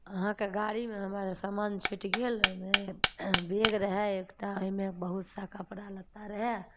अहाँके गाड़ीमे हमर सामान छुटि गेल ओइमे बेग रहय एकटा ओइमे बहुत सा कपड़ा लत्ता रहय